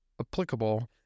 applicable